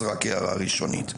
זו רק הערה ראשונית.